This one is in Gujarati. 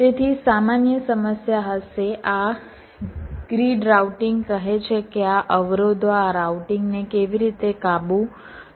તેથી સામાન્ય સમસ્યા હશે આ ગ્રીડ રાઉટિંગ કહે છે કે આ અવરોધો આ રાઉટિંગને કેવી રીતે કાબુ કરવું